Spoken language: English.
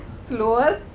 slower,